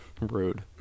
Rude